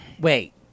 wait